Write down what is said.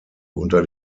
unter